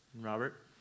Robert